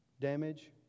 damage